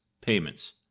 Payments